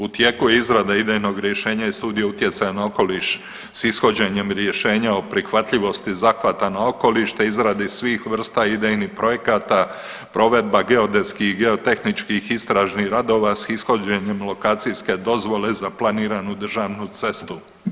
U tijeku je izrada idejnog rješenja i Studija utjecaja na okoliš s ishođenjem rješenja o prihvatljivosti zahvata na okoliš, te izradi svih vrsta idejnih projekata, provedba geodetskih i geotehničkih istražnih radova s ishođenjem lokacijske dozvole za planiranu državnu cestu.